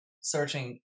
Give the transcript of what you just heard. searching